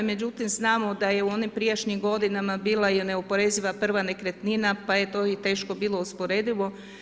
Međutim, znamo da je u onim prijašnjim godinama bila je neoporeziva prva nekretnina, pa je to i teško bilo usporedivo.